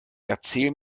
erzähl